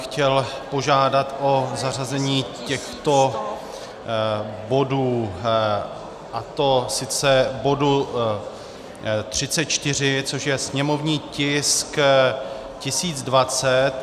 Chtěl bych požádat o zařazení těchto bodů, a to bodu 34, což je sněmovní tisk 1020.